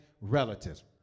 Relatives